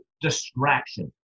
distraction